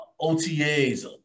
OTAs